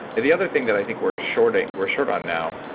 and the other thing that i think we're short ah we're short on now,